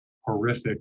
horrific